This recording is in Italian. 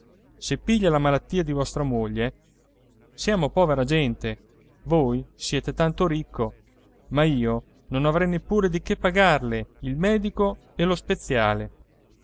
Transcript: se piglia la malattia di vostra moglie siamo povera gente voi siete tanto ricco ma io non avrei neppure di che pagarle il medico e lo speziale